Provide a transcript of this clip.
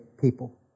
people